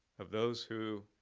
of those who